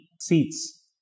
seats